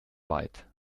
byte